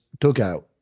dugout